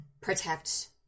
protect